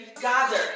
gather